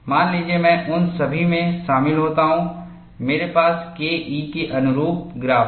मान लीजिए मैं उन सभी में शामिल होता हूं मेरे पास Ke के अनुरूप ग्राफ है